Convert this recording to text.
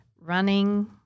running